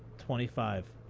twenty five.